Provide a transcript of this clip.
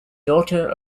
daughter